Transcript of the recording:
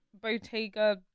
Bottega